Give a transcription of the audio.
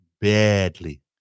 badly